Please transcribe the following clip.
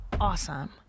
awesome